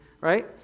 right